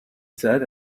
said